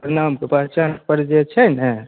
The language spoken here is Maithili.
प्रणाम जे पहचान पत्र छै ने